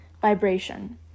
Vibration